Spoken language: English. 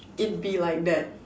it'd be like that